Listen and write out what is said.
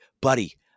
Buddy